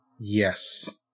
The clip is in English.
Yes